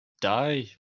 ...die